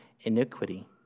iniquity